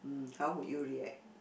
how would you react